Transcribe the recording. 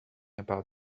about